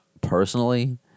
personally